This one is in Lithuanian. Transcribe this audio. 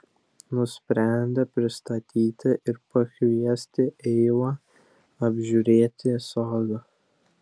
nusprendė prisistatyti ir pakviesti eivą apžiūrėti sodų